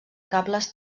cables